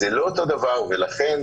זה לא אותו דבר, ולכן